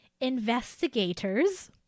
investigators